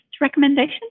recommendation